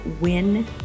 win